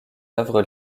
œuvre